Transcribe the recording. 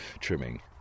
trimming